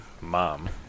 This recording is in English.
mom